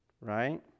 right